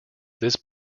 this